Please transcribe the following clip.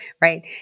right